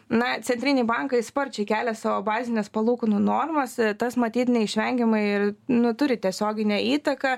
na centriniai bankai sparčiai kelia savo bazines palūkanų normas tas matyt neišvengiamai ir nu turi tiesioginę įtaką